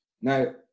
Now